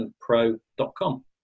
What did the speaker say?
pro.com